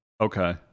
Okay